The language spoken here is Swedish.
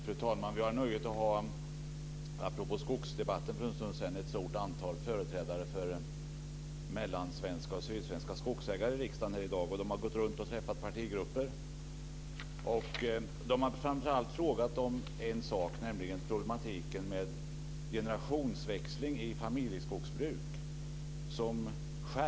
Fru talman! Apropå skogsdebatten för en stund sedan har vi nöjet att ha ett stort antal företrädare för mellansvenska och sydsvenska skogsägare här i dag. De har gått runt och träffat partigrupper. Framför allt har de frågat om en sak, nämligen om problematiken med generationsväxling i familjeskogsbruk.